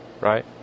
Right